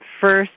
first